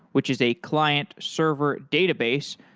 which is a client server database,